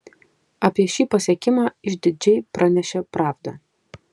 apie šį pasiekimą išdidžiai pranešė pravda